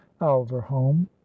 alverholm